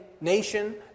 nation